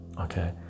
okay